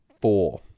four